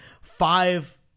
five